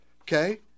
Okay